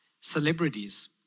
Celebrities